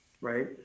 right